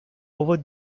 over